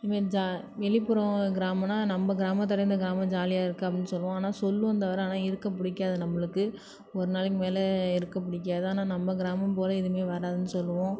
இது மாரி ஜா வெளிப்புற கிராமம்னால் நம்ம கிராமத்தோடு இந்த கிராமம் ஜாலியாக இருக்குது அப்படின்னு சொல்லுவோம் ஆனால் சொல்லுவோம் தவிர ஆனால் இருக்க பிடிக்காது நம்மளுக்கு ஒரு நாளைக்கு மேல் இருக்க பிடிக்காது ஆனால் நம்ம கிராமம் போல எதுவுமே வராதுன்னு சொல்லுவோம்